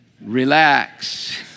relax